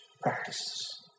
practices